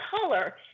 color